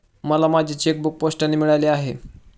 मला माझे चेकबूक पोस्टाने मिळाले आहे